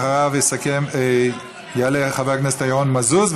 אחריו יעלה חבר הכנסת ירון מזוז,